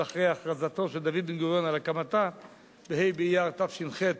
אחרי הכרזתו של דוד בן-גוריון על הקמתה בה' באייר תש"ח,